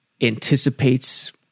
anticipates